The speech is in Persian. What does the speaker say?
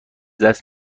دست